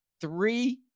three